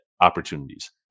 opportunities